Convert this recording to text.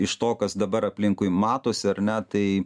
iš to kas dabar aplinkui matosi ar ne tai